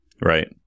Right